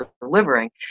delivering